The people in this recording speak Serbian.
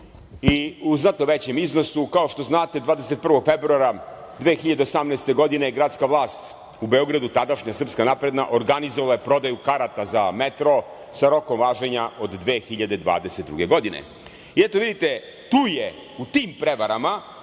u znatno većem iznosu. Kao što znate, 21. februara 2018. godine, gradska vlast u Beogradu, tadašnja srpska napredna, organizovala je prodaju karata za metro, sa rokom važenja od 2022. godine. I, eto vidite, tu je, u tim prevarama,